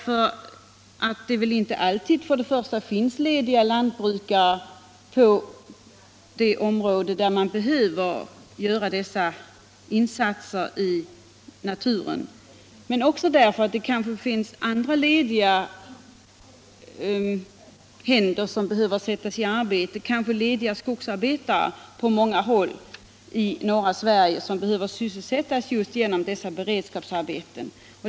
Först och främst finns det inte alltid lediga lantbrukare i det område där dessa insatser för naturen behöver göras, och sedan kan det också finnas andra lediga händer som behöver sättas i arbete — det kanske, åtminstone på många håll i norra Sverige, finns skogsarbetare som är lediga och behöver sysselsättas med dessa beredskapsarbeten.